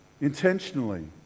intentionally